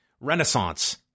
renaissance